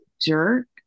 jerk